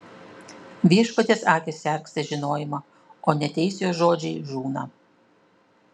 viešpaties akys sergsti žinojimą o neteisiojo žodžiai žūna